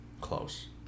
close